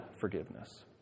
forgiveness